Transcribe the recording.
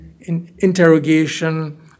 interrogation